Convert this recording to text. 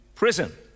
Prison